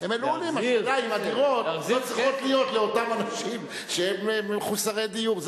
השאלה היא אם הדירות לא צריכות להיות לאותם אנשים שהם מחוסרי דיור,